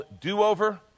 Do-Over